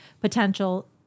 potential